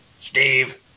Steve